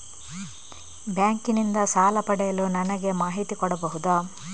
Bank ನಿಂದ ಸಾಲ ಪಡೆಯಲು ನನಗೆ ಮಾಹಿತಿ ಕೊಡಬಹುದ?